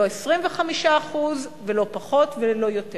לא 25% ולא פחות ולא יותר.